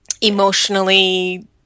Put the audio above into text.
emotionally